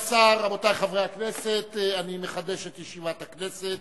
השר, רבותי חברי הכנסת, אני מחדש את ישיבת הכנסת.